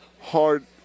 hard